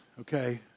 Okay